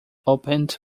opened